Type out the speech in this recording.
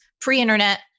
pre-internet